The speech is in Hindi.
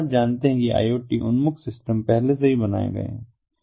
वास्तव में आप जानते हैं कि कई IoT उन्मुख सिस्टम पहले से ही बनाए गए हैं